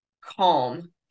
calm